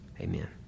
Amen